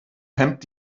hemmt